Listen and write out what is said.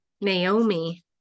Naomi